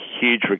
huge